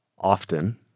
often